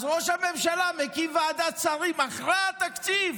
אז ראש הממשלה מקים ועדת שרים אחרי התקציב,